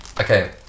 Okay